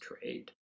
trade